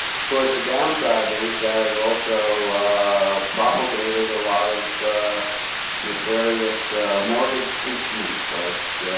of course the down side is that it also ah propagated a lot of nefarious mortgage instruments like